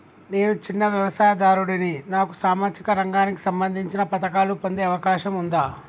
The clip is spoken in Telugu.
నేను చిన్న వ్యవసాయదారుడిని నాకు సామాజిక రంగానికి సంబంధించిన పథకాలు పొందే అవకాశం ఉందా?